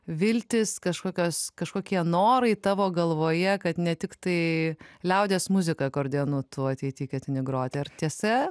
viltys kažkokios kažkokie norai tavo galvoje kad ne tiktai liaudies muziką akordeonu tu ateity ketini groti ar tiesa